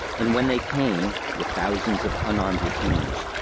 and when they came, with thousands of unarmed retainers,